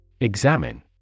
Examine